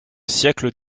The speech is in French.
siècle